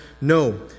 No